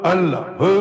Allah